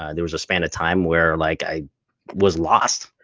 ah there was a span of time where like i was lost.